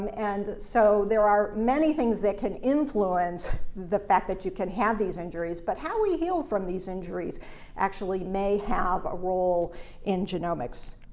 and so there are many things that can influence the fact that you can have these injuries, but how we heal from these injuries actually may have a role in genomics.